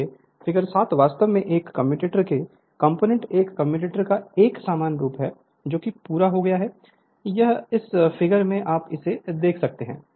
इसलिए फिगर 7 वास्तव में एक कम्यूटेटर के कंपोनेंट एक कम्यूटेटर का एक सामान्य रूप है जोकि पूरा हो गया है यह इस फिगर में आप इसे देख सकते हैं